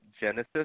Genesis